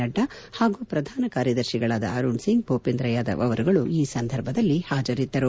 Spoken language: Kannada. ನಡ್ಲಾ ಹಾಗೂ ಪ್ರಧಾನ ಕಾರ್ಯದರ್ಶಿಗಳಾದ ಅರುಣ್ ಸಿಂಗ್ ಭೂಪೇಂದ್ರ ಯಾದವ್ ಅವರು ಈ ಸಂದರ್ಭದಲ್ಲಿ ಹಾಜರಿದ್ದರು